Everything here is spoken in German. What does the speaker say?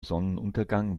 sonnenuntergang